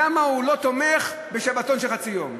למה הוא לא תומך בשבתון של חצי יום.